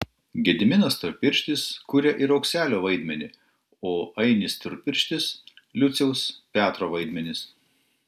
gediminas storpirštis kuria ir aukselio vaidmenį o ainis storpirštis liuciaus petro vaidmenis